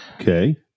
Okay